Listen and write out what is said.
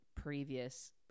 previous